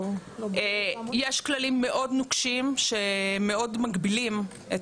יש כללים מאוד נוקשים שמאוד מגבילים את